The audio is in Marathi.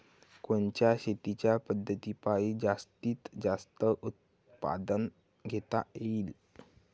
कोनच्या शेतीच्या पद्धतीपायी जास्तीत जास्त उत्पादन घेता येईल?